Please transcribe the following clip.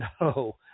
no